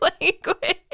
language